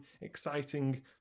exciting